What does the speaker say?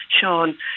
Sean